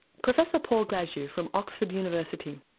professor paul glasziou from oxford university.